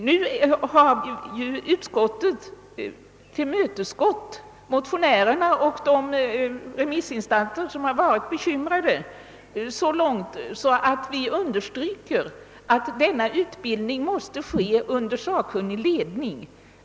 Nu har utskottet tillmötesgått motionärerna och de remissinstanser som har varit bekymrade så långt, att det understryker att denna utbildning måste ske under sakkunnig ledning.